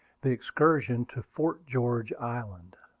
the excursion to fort george island.